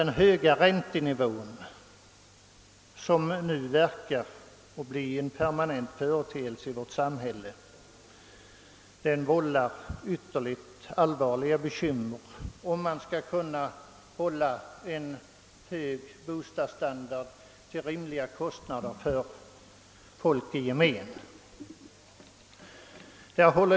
Den höga räntenivå som nu verkar bli en permanent företeelse i vårt samhälle vållar ytterligt allvarliga bekymmer om man skall kunna hålla en hög bostadsstandard till rimliga kostnader för folk i gemen.